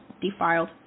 defiled